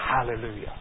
hallelujah